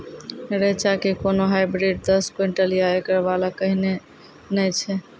रेचा के कोनो हाइब्रिड दस क्विंटल या एकरऽ वाला कहिने नैय छै?